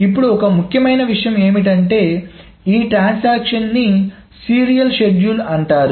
ఇప్పుడు ఒక ముఖ్యమైన విషయం ఏమిటంటే ఈ ట్రాన్సాక్షన్స్ ని సీరియల్ షెడ్యూల్ అంటారు